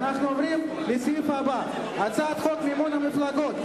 אנחנו עוברים לסעיף הבא: הצעת חוק מימון מפלגות,